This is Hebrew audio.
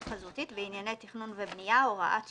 חזותית בענייני תכנון ובנייה (הוראת שעה,